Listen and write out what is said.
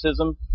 racism